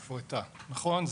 נכון,